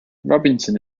robinson